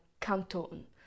canton